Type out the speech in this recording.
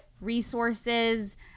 resources